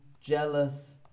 jealous